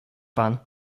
pan